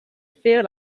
feel